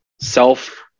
self